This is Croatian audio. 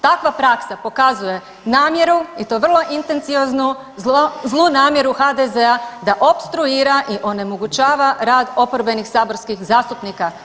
Takva praksa pokazuje namjeru i to vrlo intencioznu, zlu namjeru HDZ-a da opstruira i onemogućava rada oporbenih saborskih zastupnika.